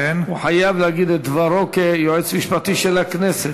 הוא חייב להגיד את דברו כיועץ המשפטי של הכנסת.